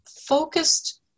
focused